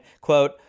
quote